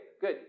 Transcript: good